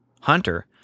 Hunter